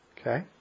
Okay